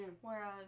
Whereas